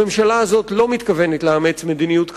הממשלה הזאת לא מתכוונת לאמץ מדיניות כזאת,